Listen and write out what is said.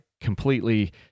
completely